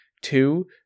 Two